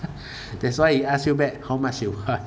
that's why he ask you back how much you want